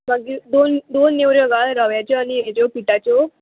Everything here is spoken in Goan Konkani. मागीर दोन दोन नेवऱ्यो घाल रव्याच्यो आनी हेज्यो पिटाच्यो